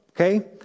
okay